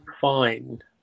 fine